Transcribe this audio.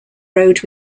road